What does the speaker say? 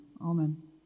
Amen